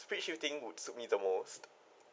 which you think would suit me the most